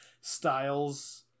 styles